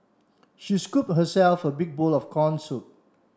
she scoop herself a big bowl of corn soup